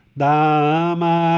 dama